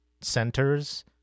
centers